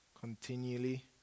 continually